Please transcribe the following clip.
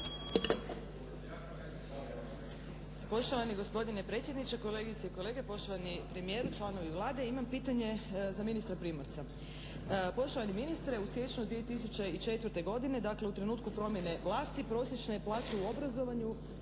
Poštovani gospodine predsjedniče, kolegice i kolege, poštovani premijeru, članovi Vlade! Imam pitanje za ministra Primorca. Poštovani ministre, u siječnju 2004. godine, dakle u trenutku promjene vlasti prosječne plaće u obrazovanju